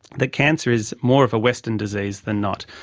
that cancer is more of a western disease than not.